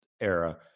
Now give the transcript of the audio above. era